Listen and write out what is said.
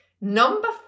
Number